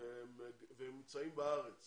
והם נמצאים בארץ